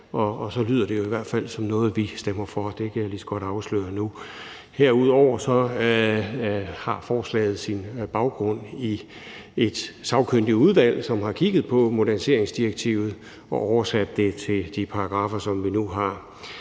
og så lyder det jo i hvert fald som noget, vi stemmer for. Det kan jeg altså lige så godt afsløre nu. Herudover har forslaget sin baggrund i et sagkyndigt udvalg, som har kigget på moderniseringsdirektivet og oversat det til de paragraffer, som vi nu har.